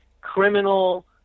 criminal